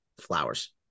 flowers